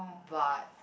but